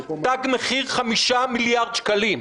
הוא תג מחיר: 5 מיליארד שקלים.